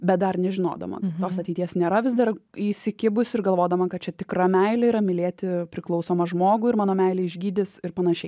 bet dar nežinodama tos ateities nėra vis dar įsikibus ir galvodama kad čia tikra meilė yra mylėti priklausomą žmogų ir mano meilė išgydys ir panašiai